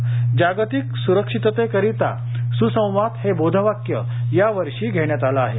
जागतिक सुरक्षिततेकरीता सुसंवाद हे बोधवाक्य या वर्षी घेण्यात आलं आहे